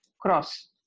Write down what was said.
cross